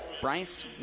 Bryce